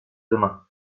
demain